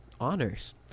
honors